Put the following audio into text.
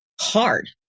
hard